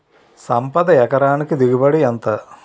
సంపద ఎకరానికి దిగుబడి ఎంత?